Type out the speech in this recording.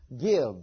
Give